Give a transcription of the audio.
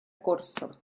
corzo